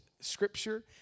Scripture